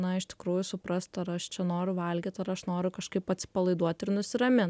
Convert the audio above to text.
na iš tikrųjų suprast ar aš čia noriu valgyt ar aš noriu kažkaip atsipalaiduot ir nusiramin